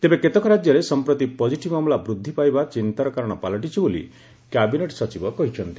ତେବେ କେତେକ ରାଜ୍ୟରେ ସମ୍ପ୍ରତି ପଜିଟିଭ୍ ମାମଲା ବୃଦ୍ଧି ପାଇବା ଚିନ୍ତାର କାରଣ ପାଲଟିଛି ବୋଲି କ୍ୟାବିନେଟ୍ ସଚିବ କହିଛନ୍ତି